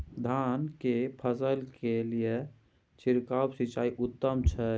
धान की फसल के लिये छिरकाव सिंचाई उत्तम छै?